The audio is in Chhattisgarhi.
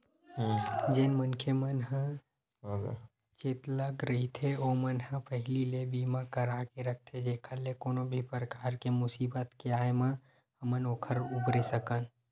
जेन मनखे मन ह चेतलग रहिथे ओमन पहिली ले बीमा करा के रखथे जेखर ले कोनो भी परकार के मुसीबत के आय म हमन ओखर उबरे सकन